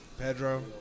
Pedro